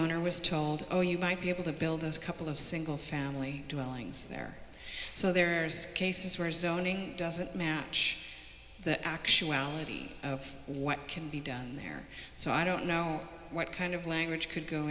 owner was told oh you might be able to build a couple of single family dwellings there so there are cases where zoning doesn't match the actuality of what can be done there so i don't know what kind of language could go